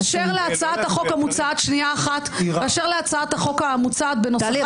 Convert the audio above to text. באשר להצעת החוק המוצעת --- טלי,